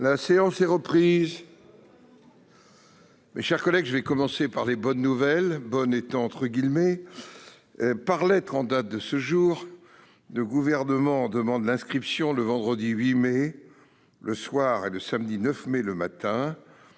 La séance est reprise. Mes chers collègues, je vais commencer par les « bonnes » nouvelles- j'insiste sur les guillemets ... Par lettre en date de ce jour, le Gouvernement demande l'inscription, le vendredi 8 mai au soir et le samedi 9 mai au matin,